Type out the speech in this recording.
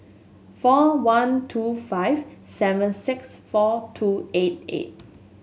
four one two five seven six four two eight eight